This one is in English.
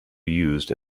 used